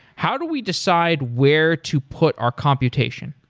how do we decide where to put our computation?